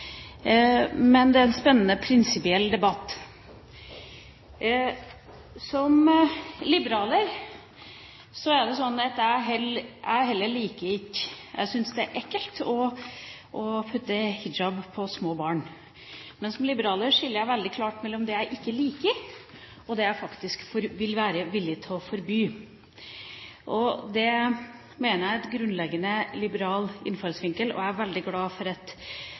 men det er en spennende prinsipiell debatt. Som liberaler er det sånn at jeg heller ikke liker, jeg syns det er ekkelt, å putte hijab på små barn. Men som liberaler skiller jeg veldig klart mellom det jeg ikke liker, og det jeg faktisk vil være villig til å forby. Det mener jeg er en grunnleggende liberal innfallsvinkel. Jeg er veldig glad for